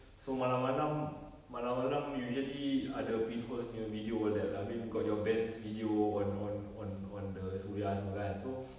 so malam malam malam malam usually ada pinholes punya video all that lah I mean got your bands video on on on on the suria semua kan so